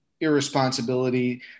irresponsibility